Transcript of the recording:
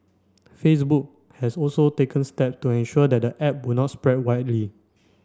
Facebook has also taken step to ensure that the app would not spread widely